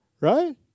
right